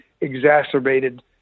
exacerbated